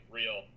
real